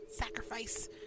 Sacrifice